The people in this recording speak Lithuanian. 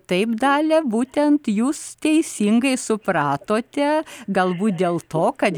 taip dalią būtent jūs teisingai supratote galbūt dėl to kad